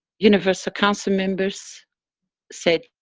universal council members said,